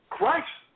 Christ